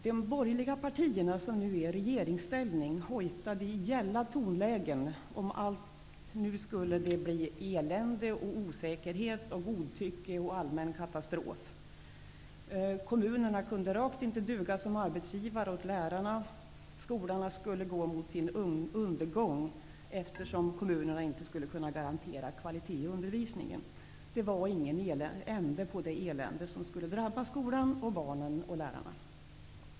De borgerliga partierna, som nu är i regeringsställning, hojtade i gälla tonlägen om att det nu skulle bli elände, osäkerhet, godtycke och allmän katastrof. Kommunerna kunde rakt inte duga som arbetsgivare åt lärarna. Skolan skulle gå mot sin undergång, eftersom kommunerna inte skulle kunna garantera kvalitet i undervisningen. Det var ingen ände på det elände som skulle drabba skolan, barnen och lärarna.